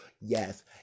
Yes